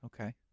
Okay